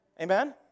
Amen